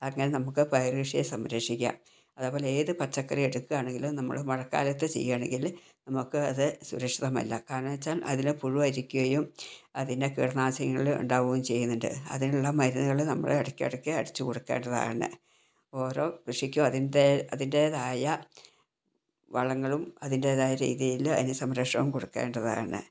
ആക്കിയാൽ നമുക്ക് പയറ് കൃഷിയെ സംരക്ഷിക്ക അതേപോലെ ഏത് പച്ചക്കറി എടുക്കാണെങ്കിലും നമ്മള് മഴക്കാലത്ത് ചെയ്യാണെങ്കില് നമുക്ക് അത് സുരക്ഷിതമല്ല കാരണെച്ചാൽ അതില് പുഴുവരിക്കുകയും അതിന് കീടനാശികള് ഇണ്ടാവേം ചെയ്യുന്നുണ്ട് അതിനുള്ള മരുന്ന്കള് നമ്മള് എടക്കെടക്ക് അടിച്ച് കൊടുക്കേണ്ടതാണ് ഓരോ കൃഷിക്കും അതിൻ്റെ അതിൻെറതായ വളങ്ങളും അതിൻ്റെതായ രീതിയില് അയ്യിന് സംരക്ഷണം കൊടുക്കേണ്ടതാണ്